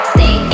Stay